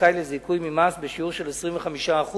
זכאי לזיכוי ממס בשיעור של 25%